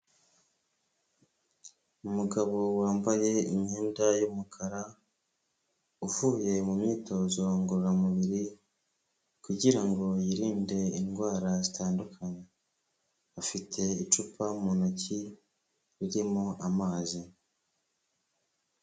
Umugabo wambaye imyenda y'umukara uvuye mu myitozo ngororamubiri kugirango yirinde indwara zitandukanye, afite icupa mu ntoki ririmo amazi.